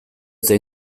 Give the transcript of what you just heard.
eta